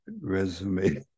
resume